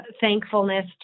thankfulness